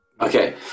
Okay